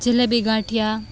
jalebi ગાંઠિયા